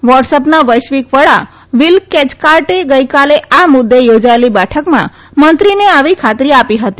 વોટએપના વૈશ્વિક વડા Will Cathcart ગઈકાલે આ મુદૃ યોજાયેલી બેઠકમાં મંત્રીને આવી ખાતરી આપી હતી